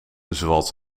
zoals